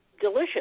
delicious